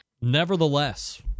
nevertheless